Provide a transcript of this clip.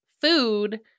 food